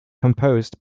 composed